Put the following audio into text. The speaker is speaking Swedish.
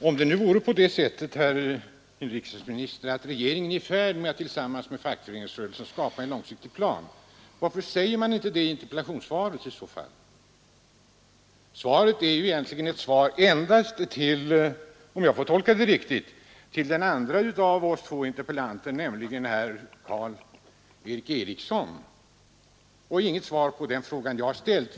Om det nu vore så, herr inrikesminister, att regeringen är i färd med att tillsammans med fackföreningsrörelsen skapa en långsiktig plan, varför sägs det då inte i interpellationssvaret? Svaret är egentligen — som jag tolkar det — endast ett svar till den andre interpellanten, nämligen herr Karl Erik Eriksson i Arvika, och inte något svar på den fråga jag ställt.